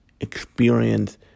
...experience